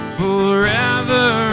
forever